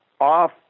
off